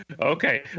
Okay